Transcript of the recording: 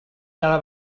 cada